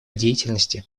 деятельности